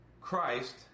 christ